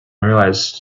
realized